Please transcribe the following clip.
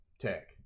tech